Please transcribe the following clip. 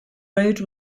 road